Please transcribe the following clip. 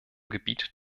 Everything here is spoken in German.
gebiet